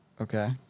Okay